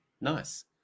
Nice